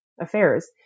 affairs